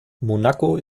monaco